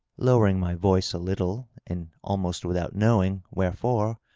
lowering my voice a little, and almost without knowing wherefore,